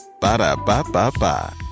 Ba-da-ba-ba-ba